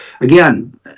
again